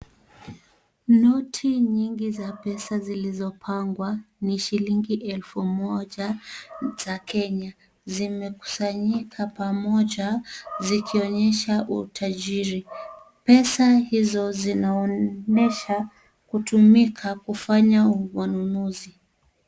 Noti nyingi za peza zilizopangwa, ni shilingi elfu moja za Kenya zimekusanyika pamoja zikionyesha utajiri pesa hizo zinaonyesha kutumika kufanya ununuzi.